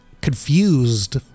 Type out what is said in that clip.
confused